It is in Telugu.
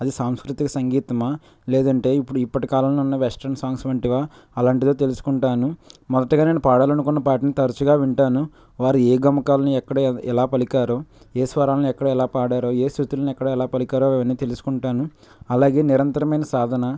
అది సాంస్కృతిక సంగీతమా లేదు అంటే ఇప్పుడు ఇప్పటి కాలంలో ఉన్న వెస్ట్రన్ సాంగ్స్ వంటివా అలాంటిదే తెలుసుకుంటాను మొదటగా నేను పాడాలి అనుకున్న పాటను తరచుగా వింటాను వారు ఏ గమకాలని ఎక్కడ ఎలా పలికారో ఏ స్వరాల్ని ఎక్కడ ఎలా పాడారో ఏ శృతులను ఎక్కడ ఎలా పలికారో అవన్నీ తెలుసుకుంటాను అలాగే నిరంతరమైన సాధన